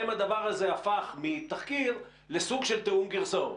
הפך מתחקיר לסוג של תיאום גרסאות.